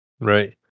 Right